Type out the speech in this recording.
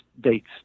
dates